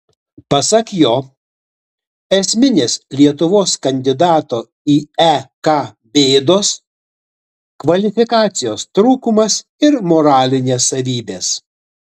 pasak jo esminės lietuvos kandidato į ek bėdos kvalifikacijos trūkumas ir moralinės savybės